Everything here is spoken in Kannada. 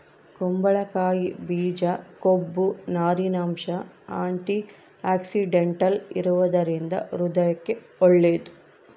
ಕುಂಬಳಕಾಯಿ ಬೀಜ ಕೊಬ್ಬು, ನಾರಿನಂಶ, ಆಂಟಿಆಕ್ಸಿಡೆಂಟಲ್ ಇರುವದರಿಂದ ಹೃದಯಕ್ಕೆ ಒಳ್ಳೇದು